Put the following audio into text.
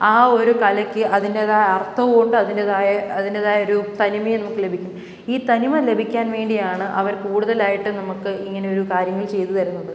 ആ ഒരു കലയ്ക്ക് അതിൻ്റേതായ അർത്ഥമുണ്ട് അതിൻ്റേതായ അതിൻ്റേതായ ഒരു തനിമയും നമുക്ക് ലഭിക്കും ഈ തനിമ ലഭിക്കാൻ വേണ്ടിയാണ് അവർ കൂടുതലായിട്ട് നമുക്ക് ഇങ്ങനെ ഒരു കാര്യങ്ങൾ ചെയ്തു തരുന്നത്